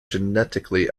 genetically